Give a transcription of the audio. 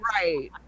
right